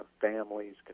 families